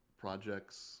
projects